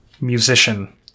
musician